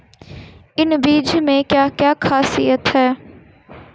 इन बीज में क्या क्या ख़ासियत है?